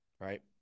Right